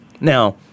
Now